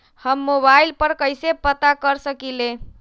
हम मोबाइल पर कईसे पता कर सकींले?